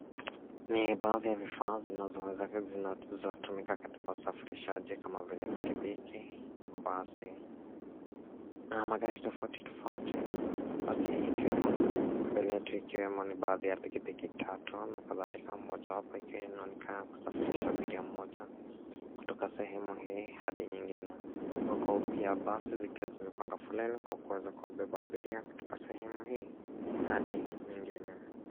Ni baadhi ya vifaa zinazo weza kutumika katika usafirishaji kama vile pikipiki, basi na magari tofauti tofauti. Basi ikiwemo mbele yetu ni baadhi ya pikipiki tatu na kadhalika moja wapo ikiwa inaonekana kusafirisha abiria mmoja kutoka sehemu hii hadi nyingi. Huku pia basi zikiwa zimepanga foleni kwa kuweza kuwabeba abiria kutoka sehemu hii hadi nyingine.